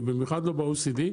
ובמיוחד לא ב-OECD,